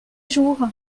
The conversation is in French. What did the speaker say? jours